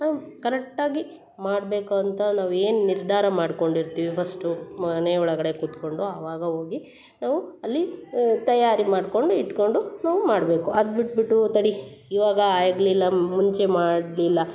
ಕರೆಟ್ಟಾಗಿ ಮಾಡಬೇಕು ಅಂತ ನಾವು ಏನು ನಿರ್ಧಾರ ಮಾಡ್ಕೊಂಡು ಇರ್ತೀವಿ ಫಸ್ಟು ಮನೆ ಒಳಗಡೆ ಕುತ್ಕೊಂಡು ಅವಾಗ ಹೋಗಿ ನಾವು ಅಲ್ಲಿ ತಯಾರಿ ಮಾಡ್ಕೊಂಡು ಇಟ್ಕೊಂಡು ನಾವು ಮಾಡಬೇಕು ಅದು ಬಿಟ್ಬಿಟ್ಟು ತಡಿ ಇವಾಗ ಆಗಲಿಲ್ಲ ಮುಂಚೆ ಮಾಡಲಿಲ್ಲ